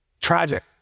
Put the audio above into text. Tragic